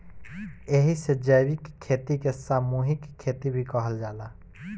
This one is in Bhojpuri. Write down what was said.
एही से जैविक खेती के सामूहिक खेती भी कहल जाला